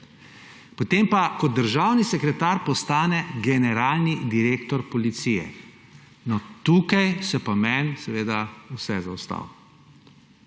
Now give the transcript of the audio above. Ko pa državni sekretar postane generalni direktor Policije, no, tukaj se pa meni seveda vse zaustavi,